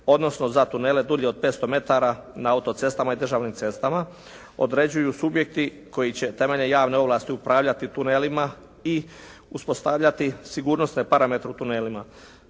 odnosno za tunele dulje od 500 metara na autocestama i državnim cestama, određuju subjekti koji će temeljem javne ovlasti upravljati tunelima i uspostavljati sigurnosne parametre u tunelima.